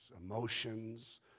emotions